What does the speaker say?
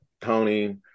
Tony